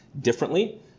differently